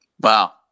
Wow